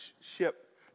ship